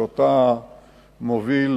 שאותה מוביל,